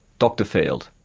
dr field.